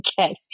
Okay